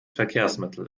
verkehrsmittel